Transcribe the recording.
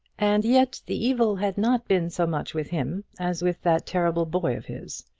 and yet the evil had not been so much with him as with that terrible boy of his.